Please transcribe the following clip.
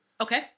Okay